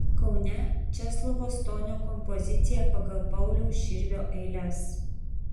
kaune česlovo stonio kompozicija pagal pauliaus širvio eiles